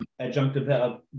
adjunctive